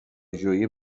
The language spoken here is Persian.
جویی